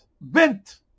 bent